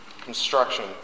construction